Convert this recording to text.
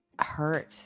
hurt